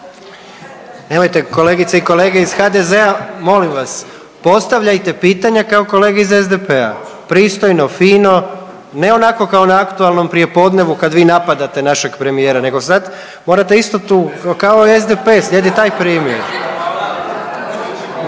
Nemojte kolegice i kolege iz HDZ-a molim vas, postavljajte pitanja kao kolege iz SDP-a, pristojno, fino, ne onako kako na aktualnom prijepodnevu kad vi napadate našeg premijera, nego sad morate isto tu, kao SDP slijedite taj primjer.